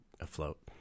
afloat